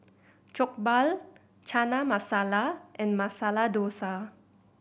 Jokbal Chana Masala and Masala Dosa